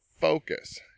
focus